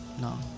No